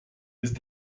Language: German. ist